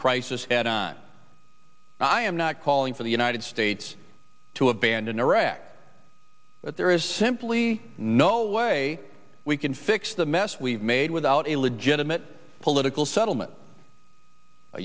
crisis head on i am not calling for the united states to abandon iraq but there is simply no way we can fix the mess we've made without a legitimate political settlement u